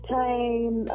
time